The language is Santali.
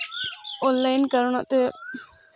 ᱚᱱᱞᱟᱭᱤᱱ ᱠᱟᱨᱚᱱᱟᱜ ᱛᱮ